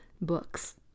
books